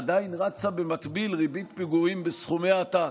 עדיין רצה במקביל ריבית פיגורים בסכומי עתק.